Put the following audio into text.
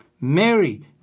Mary